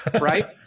Right